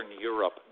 Europe